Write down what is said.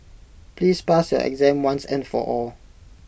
please pass your exam once and for all